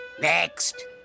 Next